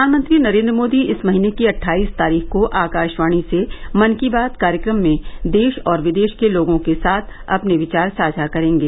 प्रधानमंत्री नरेन्द्र मोदी इस महीने की अट्ठाईस तारीख को आकाशवाणी से मन की बात कार्यक्रम में देश और विदेश के लोगों के साथ अपने विचार साझा करेंगे